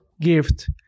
gift